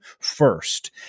first